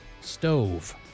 stove